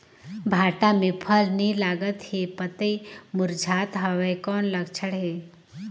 भांटा मे फल नी लागत हे पतई मुरझात हवय कौन लक्षण हे?